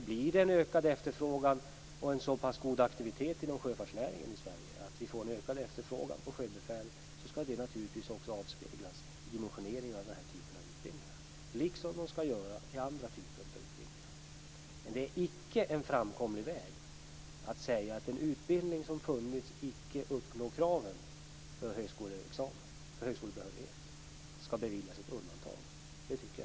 Blir det en ökad efterfrågan och en så god aktivitet inom sjöfartsnäringen i Sverige att vi får en ökad valfrihet på sjöbefäl skall det också avspeglas i dimensioneringen av den här typen av utbildningar, liksom i andra typer av utbildningar. Det är icke en framkomlig väg att säga att en utbildning som har befunnits icke uppnå kraven för högskolebehörighet skall beviljas ett undantag. Det tycker jag inte.